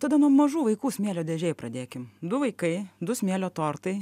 tada nuo mažų vaikų smėlio dėžėj pradėkim du vaikai du smėlio tortai